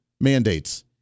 mandates